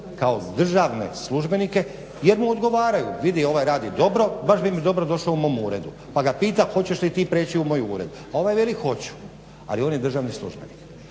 kao državne službenike jer mu odgovaraju. Vidi ovaj radi dobro, baš bi mi dobro došao u mom uredu, pa ga pita hoćeš li ti prijeći u moj ured, a ovaj veli hoću ali on je državni službenik.